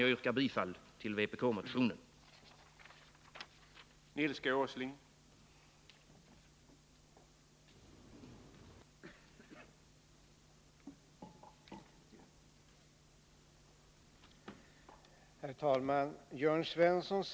Jag yrkar bifall till vpk-motionerna 1405, 1450 och 2022 samt till det särskilda yrkande som jag framställt under överläggningen och som utdelats till kammarens ledamöter.